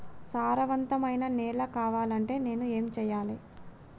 సారవంతమైన నేల కావాలంటే నేను ఏం చెయ్యాలే?